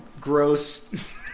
gross